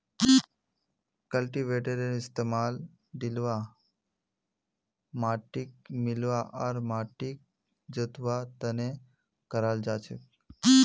कल्टीवेटरेर इस्तमाल ढिलवा माटिक मिलव्वा आर माटिक जोतवार त न कराल जा छेक